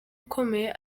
ikomeye